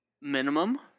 minimum